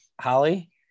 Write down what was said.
Holly